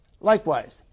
Likewise